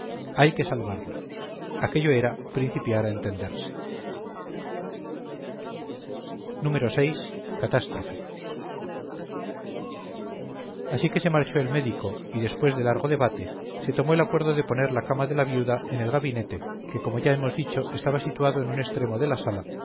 hay que salvarla aquello era principiar a entenderse vi catástrofe así que se marchó el médico y después de largo debate se tomó el acuerdo de poner la cama de la viuda en el gabinete que como ya hemos dicho estaba situado en un extremo de la sala